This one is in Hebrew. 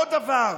עוד דבר.